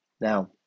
Now